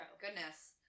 Goodness